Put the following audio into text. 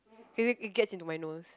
Philip it gets into my nose